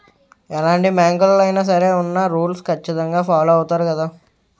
ఎలాంటి బ్యాంకులలో అయినా సరే ఉన్న రూల్స్ ఖచ్చితంగా ఫాలో అవుతారు గదా